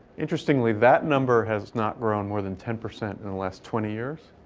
interestingly, that number has not grown more than ten percent in the last twenty years.